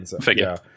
Figure